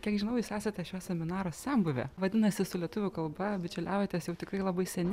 kiek žinau jūs esate šio seminaro senbuvė vadinasi su lietuvių kalba bičiuliaujatės jau tikrai labai seniai